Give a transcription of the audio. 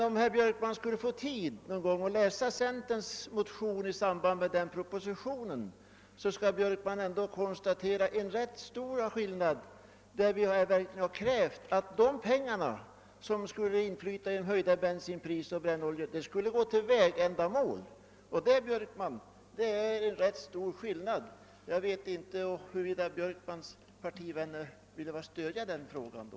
Om herr Björkman någon gång skulle få tid att läsa centerns motion i samband med den propositionen, kan han konstatera att vi verkligen har krävt att de pengar, som skulle inflyta genom den höjda bensinoch brännoljeskatten, skulle gå till vägändamål. Det är ändå en rätt stor skillnad, herr Björkman. Jag vet inte huruvida herr Björkman röstade för det förslaget.